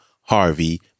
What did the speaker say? Harvey